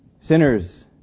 Sinners